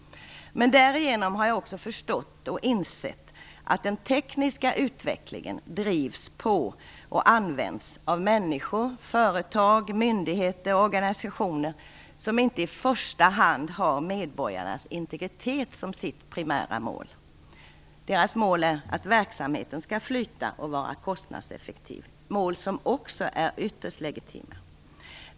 Men därigenom har jag också förstått och insett att den tekniska utvecklingen drivs på och används av människor, företag, myndigheter och organisationer som inte i första hand har medborgarnas integritet som sitt primära mål. Deras mål är att verksamheten skall flyta och vara kostnadseffektiv, mål som också är ytterst legitima.